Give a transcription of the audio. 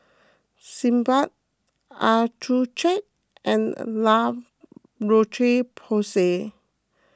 Sebamed Accucheck and La Roche Porsay